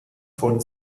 von